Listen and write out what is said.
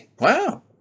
Wow